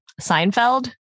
Seinfeld